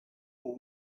and